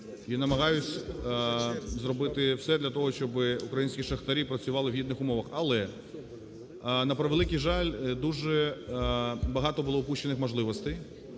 і намагаюсь зробити все для того, щоб українські шахтарі працювали в гідних умовах. Але, на превеликий жаль, дуже багато було упущено можливостей.